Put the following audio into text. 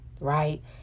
right